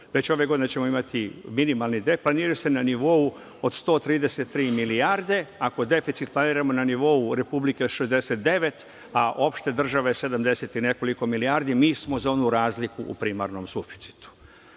već ove godine ćemo imati minimalni deficit, planiraju se na nivou od 133 milijarde, ako deficit planiramo na nivou Republike 69 milijardi, a opšte države 70 i nekoliko milijardi, mi smo za onu razliku u primarnom suficitu.